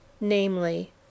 namely